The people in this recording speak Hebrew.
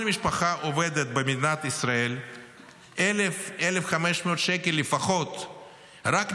במדינת ישראל 1,000, 1,500 שקל לפחות רק מיסים.